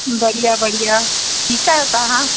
बढ़िया बढ़िया ठीकु आहियो तव्हां